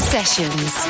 Sessions